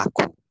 Aku